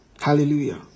Hallelujah